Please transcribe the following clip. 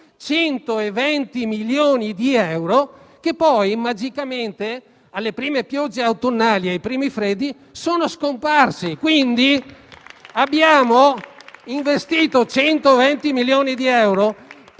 abbiamo investito 120 milioni di euro per comprare i giocattoli all'ex ministro Toninelli e a pochi altri fortunati italiani.